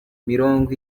mirongo